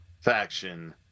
Faction